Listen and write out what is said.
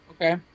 Okay